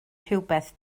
rhywbeth